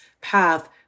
path